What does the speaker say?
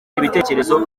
ibitekerezo